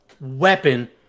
weapon